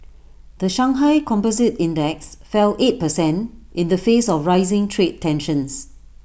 the Shanghai composite index fell eight percent in the face of rising trade tensions